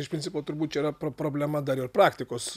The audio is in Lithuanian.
iš principo turbūt čia yra problema dar ir praktikos